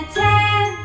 ten